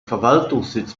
verwaltungssitz